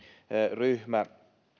ryhmä